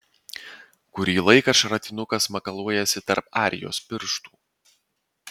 kurį laiką šratinukas makaluojasi tarp arijos pirštų